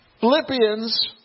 Philippians